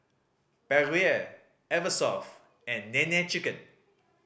Perrier Eversoft and Nene Chicken